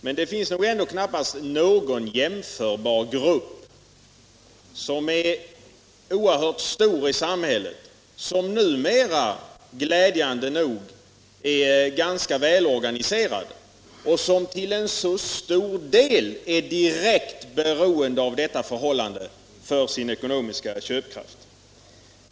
Men det finns ändå knappast någon annan grupp som är så oerhört stor och numera — glädjande nog — ganska välorganiserad, som till så stor del är direkt beroende av detta index för sin köpkraft.